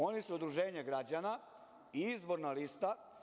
Oni su udruženje građana, izborna lista.